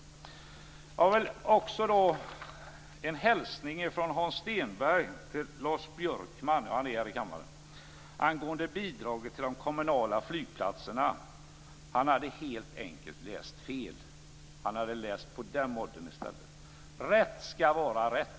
Jag har också en hälsning från Hans Stenberg till Lars Björkman - han är här i kammaren - angående bidraget till de kommunala flygplatserna. Han hade helt enkelt läst på fel rad. Rätt ska vara rätt.